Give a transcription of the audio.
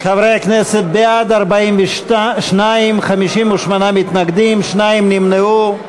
חברי הכנסת, 42 בעד, 58 מתנגדים, שניים נמנעו.